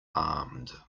armed